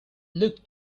look